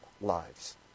lives